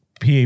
PA